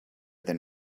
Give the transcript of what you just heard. than